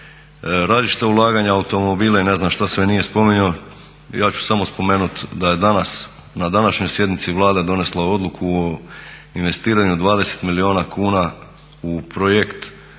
različita ulaganja u automobile i ne znam što sve nije spominjao. Ja ću samo spomenuti da je danas na današnjoj sjednici Vlada donijela odluka o investiranju 20 milijuna kuna u projekt